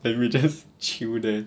then we just chill there